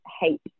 hate